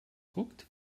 guckt